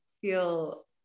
feel